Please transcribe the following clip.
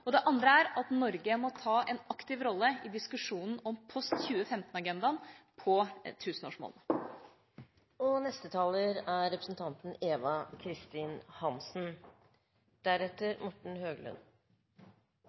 Det andre er at Norge må ta en aktiv rolle i diskusjonen om post 2015-agendaen på